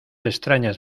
extrañas